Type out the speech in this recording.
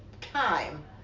time